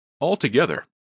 Altogether